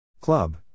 Club